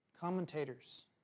Commentators